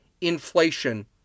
inflation